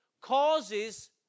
causes